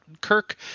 Kirk